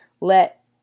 let